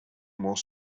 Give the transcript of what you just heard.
more